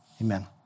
amen